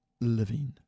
Living